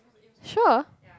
sure